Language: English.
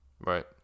Right